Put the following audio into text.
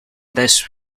this